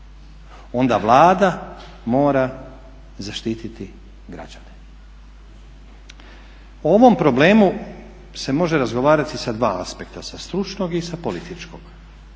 onda Vlada mora zaštiti građane. O ovom problemu se može razgovarati da dva aspekta sa stručnog i sa političkog.